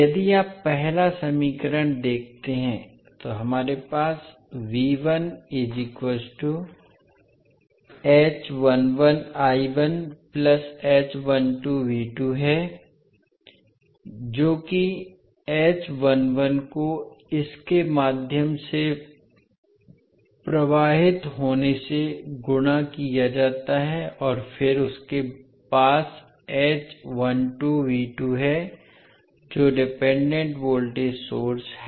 यदि आप पहला समीकरण देखते हैं जो हमारे पास है जो कि को इस के माध्यम से प्रवाहित होने से गुणा किया जाता है और फिर आपके पास है जो डिपेंडेंट वोल्टेज सोर्स है